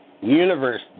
universe